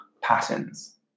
patterns